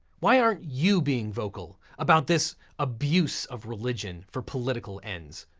why aren't you being vocal about this abuse of religion for political ends?